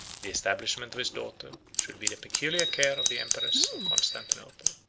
the establishment of his daughter should be the peculiar care of the empress of constantinople.